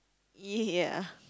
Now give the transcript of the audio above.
ya